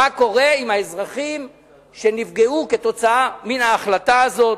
מה קורה לאזרחים שנפגעו כתוצאה מן ההחלטה הזאת.